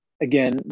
again